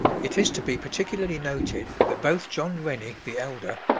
it is to be particularly noted that both john rennie, the elder,